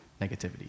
negativity